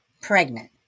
pregnant